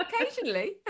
Occasionally